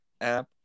app